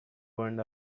burned